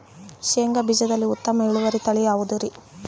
ಶೇಂಗಾ ಬೇಜದಲ್ಲಿ ಉತ್ತಮ ಇಳುವರಿಯ ತಳಿ ಯಾವುದುರಿ?